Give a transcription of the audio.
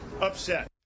upset